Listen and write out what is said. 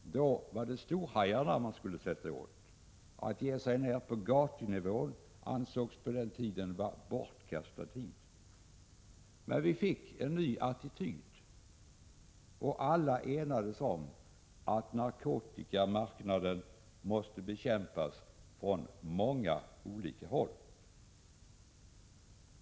Då var det storhajarna man skulle sätta åt. Att ge sig ner på gatunivån ansågs då vara bortkastad tid. Men vi fick en ny attityd. Alla enades om att narkotikamarknaden måste bekämpas från många olika håll.